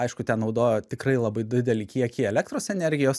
aišku ten naudojo tikrai labai didelį kiekį elektros energijos